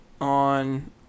on